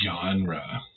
genre